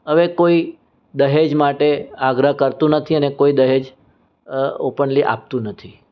હવે કોઈ દહેજ માટે આગ્રહ કરતું નથી અને કોઈ દહેજ ઓપનલી આપતું નથી